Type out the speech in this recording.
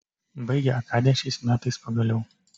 baigė akadę šiais metais pagaliau